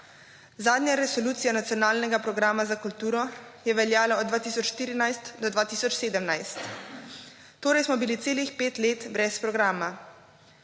Zadnja resolucija nacionalnega programa za kulturo je veljalo od 2014 do 2017 torej smo bili celih 5 let brez programa.